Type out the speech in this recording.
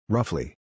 Roughly